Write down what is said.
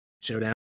Showdown